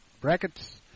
brackets